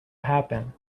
happen